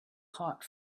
hot